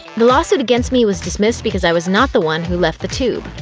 the lawsuit against me was dismissed because i was not the one who left the tube.